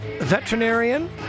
veterinarian